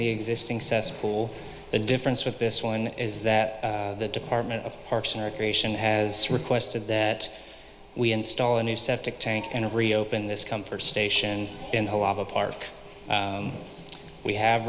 the existing cesspool the difference with this one is that the department of parks and recreation has requested that we install a new septic tank and reopen this comfort station and the park we have